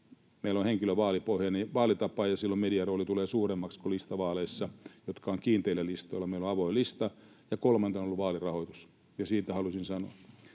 Meillä on henkilövaalipohjainen vaalitapa, ja silloin median rooli tulee suuremmaksi kuin listavaaleissa, jotka ovat kiinteillä listoilla. Meillä on avoin lista. Kolmantena on ollut vaalirahoitus, ja siitä halusin sanoa.